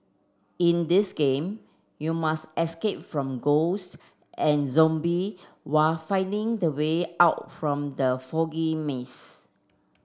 in this game you must escape from ghosts and zombie while finding the way out from the foggy maze